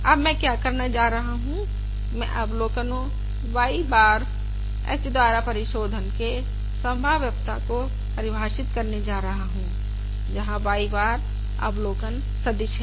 अब मैं क्या करने जा रहा हूं मैं अवलोकनो y बार h द्वारा परिशोधन के संभाव्यता को परिभाषित करने जा रहा हूं जहां y बार अवलोकन सदिश है